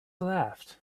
laughed